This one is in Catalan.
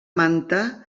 manta